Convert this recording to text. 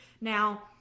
Now